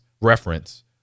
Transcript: reference